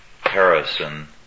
Harrison